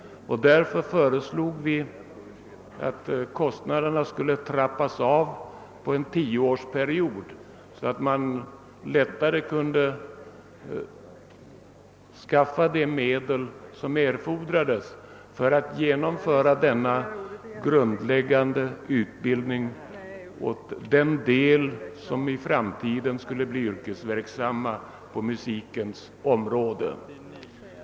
Därför har vi föreslagit att kostnaderna skulle trappas av under en tioårsperiod, så att man lättare skulle kunna skaffa de medel som erfordras för att genomföra denna grundläggande utbildning för de ungdomar som i framtiden skall bli yrkesverksamma på musikens område.